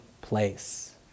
place